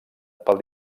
pel